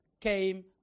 came